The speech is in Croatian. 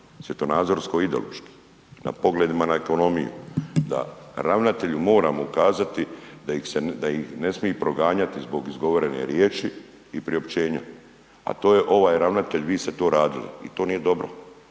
svjetonazorsko i ideološki, na pogledima na ekonomiju, da ravnatelju moramo ukazati da ih ne smiju proganjati zbog izgovorene riječi i priopćenja a to je ovaj ravnatelj, vi ste to radili i to nije dobro,